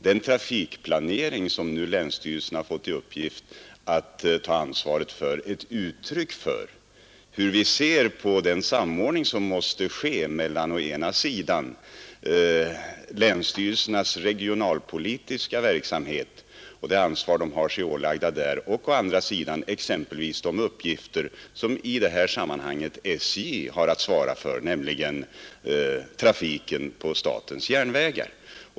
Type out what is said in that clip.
Den trafikplanering som länsstyrelserna nu har fått i uppgift att ta ansvaret för är däremot just ett uttryck för hur vi ser på den samordning som måste komma till stånd mellan å ena sidan länsstyrelsernas regionalpolitiska verksamhet och det ansvar de har sig ålagt där och å andra sidan de uppgifter som SJ har att svara för i det sammanhanget, nämligen trafiken på statens järnvägar.